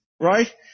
Right